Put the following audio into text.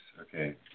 okay